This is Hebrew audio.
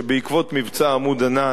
שבעקבות מבצע "עמוד ענן"